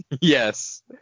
Yes